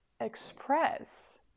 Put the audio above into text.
express